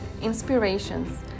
inspirations